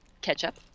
ketchup